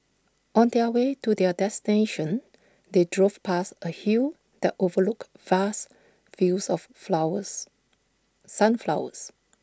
on their way to their destination they drove past A hill that overlooked vast fields of flowers sunflowers